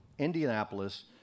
Indianapolis